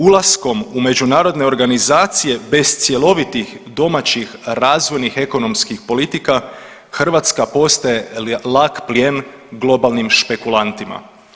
Ulaskom u međunarodne organizacije bez cjelovitih domaćih razvojnih ekonomskih politika Hrvatska postaje lak plijen globalnim špekulantima.